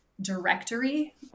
directory